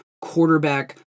quarterback